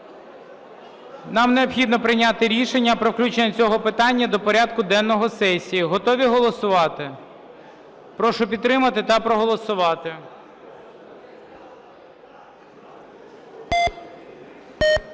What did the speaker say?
Нам необхідно прийняти рішення про включення цього питання до порядку денного сесії. Готові голосувати? Прошу підтримати та проголосувати.